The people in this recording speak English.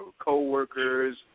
coworkers